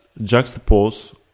juxtapose